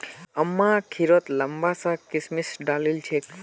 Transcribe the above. अम्मा खिरत लंबा ला किशमिश डालिल छेक